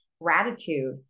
gratitude